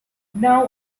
now